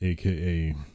AKA